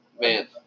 Man